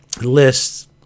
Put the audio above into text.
lists